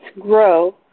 grow